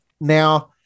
Now